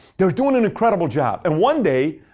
they're doing an incredible job. and one day,